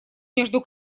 между